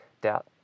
Doubt